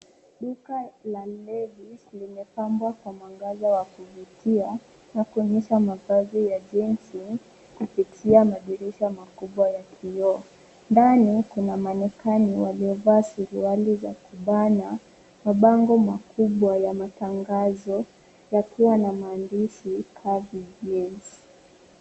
Duka la Levi's limepambwa kwa mwangaza wa kuvutia na kuonyesha mavazi ya jeans kupitia madirisha makubwa ya kioo. Ndani kuna mannequin waliovaa suruali za kubana, mabango makubwa ya matangazo yakiwa na maandishi Calvin Jeans .